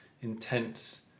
intense